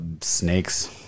Snakes